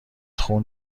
خون